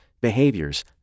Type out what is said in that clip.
behaviors